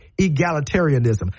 egalitarianism